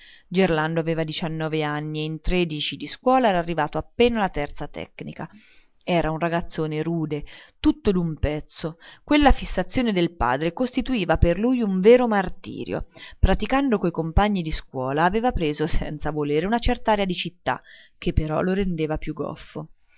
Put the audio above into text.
gerlando aveva diciannove anni e in tredici di scuola era arrivato appena alla terza tecnica era un ragazzone rude tutto d'un pezzo quella fissazione del padre costituiva per lui un vero martirio praticando coi compagni di scuola aveva preso senza volere una cert'aria di città che però lo rendeva più goffo